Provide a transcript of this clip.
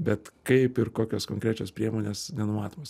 bet kaip ir kokios konkrečios priemonės nenumatomos